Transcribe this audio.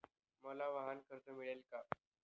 मला वाहनकर्ज मिळेल का?